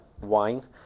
wine